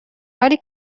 حالی